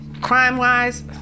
crime-wise